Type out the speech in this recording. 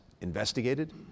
investigated